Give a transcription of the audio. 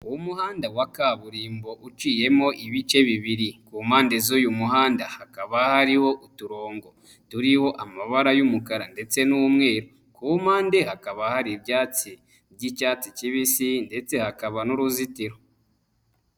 Umuhanda wa kaburimbo uciyemo ibice bibiri, ku mpande z'uyu muhanda, hakaba hariho uturongo turiho amabara y'umukara ndetse n'umweru, ku mpande hakaba hari ibyatsi by'icyatsi kibisi ndetse hakaba n'uruzitiro.